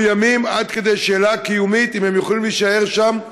מאוימים עד כדי שאלה קיומית אם הם יכולים להישאר שם,